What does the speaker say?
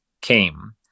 came